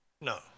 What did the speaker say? No